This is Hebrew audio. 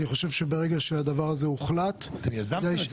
אני חושב שברגע שהדבר הזה הוחלט --- אתם יזמתם את זה.